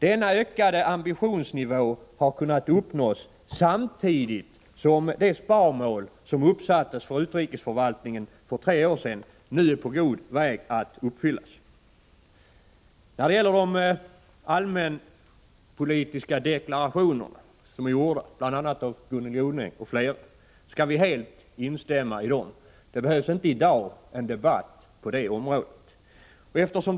Denna ökade ambitionsnivå har kunnat uppnås samtidigt som det sparmål för utrikesförvaltningen som uppsattes för tre år sedan nu är på god väg att uppfyllas. De allmänpolitiska deklarationer som gjorts av Gunnel Jonäng och andra kan vi helt instämma i. Det behövs därför inte någon debatt om detta i dag.